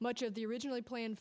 much of the originally planned